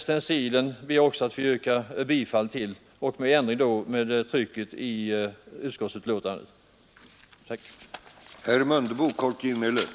Jag ber att få yrka bifall till utskottets hemställan enligt den stencilerade ändringen.